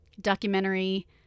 documentary